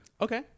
okay